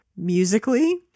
musically